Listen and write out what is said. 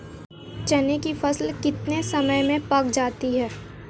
चने की फसल कितने समय में पक जाती है?